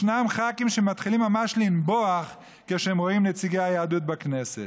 ישנם ח"כים שמתחילים ממש לנבוח כשהם רואים נציגי היהדות בכנסת.